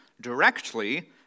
directly